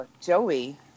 Joey